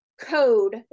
Code